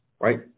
right